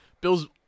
Bills